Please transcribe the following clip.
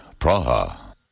Praha